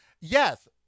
yes